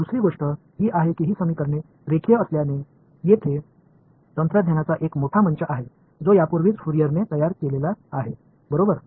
दुसरी गोष्ट ही आहे की ही समीकरणे रेखीय असल्याने तेथे तंत्रज्ञानाचा एक मोठा संच आहे जो यापूर्वीच फुरियरने तयार केलेला आहे बरोबर